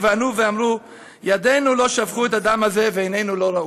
וכו' "וענו ואמרו ידינו לא שפכו את הדם הזה ועינינו לא ראו."